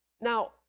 now